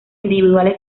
individuales